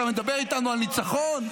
אתה מדבר איתנו על ניצחון?